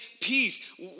peace